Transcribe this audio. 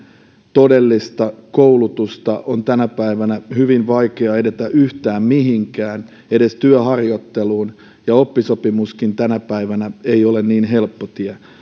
todellista koulutusta on tänä päivänä hyvin vaikea edetä yhtään mihinkään edes työharjoitteluun ja oppisopimuskaan ei tänä päivänä ole niin helppo tie